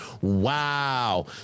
Wow